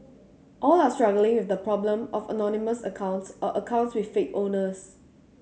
all are struggling with the problem of anonymous accounts or accounts with fake owners